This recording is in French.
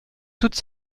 toute